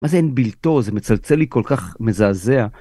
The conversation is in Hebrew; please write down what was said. מה זה אין בלתו, זה מצלצל לי כל כך מזעזע.